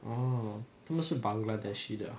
oh 他们是 bangladeshi 的 ah